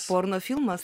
porno filmas